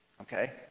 Okay